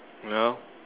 ya